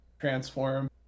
transform